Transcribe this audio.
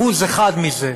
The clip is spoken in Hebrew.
1% מזה,